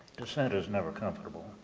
dissent is never comfortable.